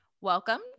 Welcome